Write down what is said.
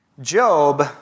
Job